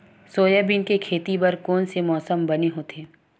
Soybean के खेती बर कोन से मौसम बने होथे?